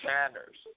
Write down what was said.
Sanders